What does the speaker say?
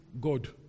God